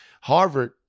Harvard